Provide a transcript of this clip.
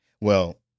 Well-